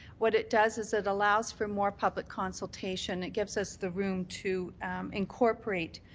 what it does is it allows for more public consultation. it gives us the room to incorporate